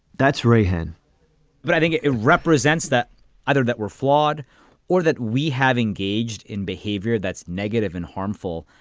that's rehaan. but i think it represents that either that we're flawed or that we have engaged in behavior that's negative and harmful,